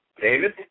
David